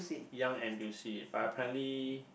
Young N_T_U_C but apparently